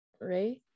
right